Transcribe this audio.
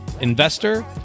investor